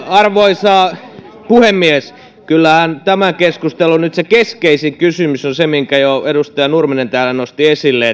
arvoisa puhemies kyllähän nyt se tämän keskustelun keskeisin kysymys on se minkä jo edustaja nurminen täällä nosti esille